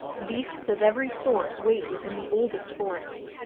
beasts of every sort wait within the oldest forests,